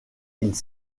ils